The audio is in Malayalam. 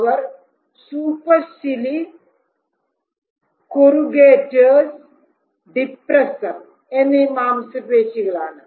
അവ സൂപ്പർസിലി കൊറുഗേറ്റേഴ്സ് ഡിപ്രസ്സർ എന്നീ മാംസപേശികൾ ആണ്